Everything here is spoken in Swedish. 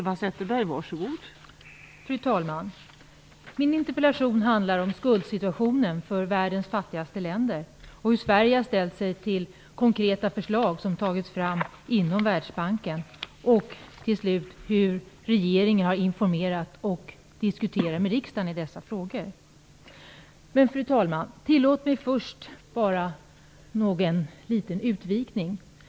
Fru talman! Min interpellation handlar om skuldsituationen för världens fattigaste länder, hur Sverige har ställt sig till konkreta förslag som har tagits fram inom Världsbanken samt hur regeringen har informerat och diskuterat med riksdagen i dessa frågor. Fru talman! Tillåt mig först bara att göra en liten utvikning.